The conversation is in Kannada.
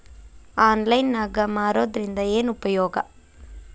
ಆನ್ಲೈನ್ ನಾಗ್ ಮಾರೋದ್ರಿಂದ ಏನು ಉಪಯೋಗ?